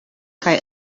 kaj